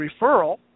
referral